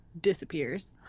disappears